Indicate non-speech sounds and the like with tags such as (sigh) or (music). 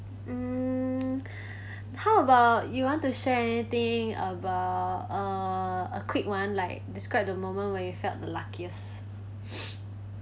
mm (breath) how about you want to share thing about uh a quick one like describe the moment when you felt the luckiest (noise)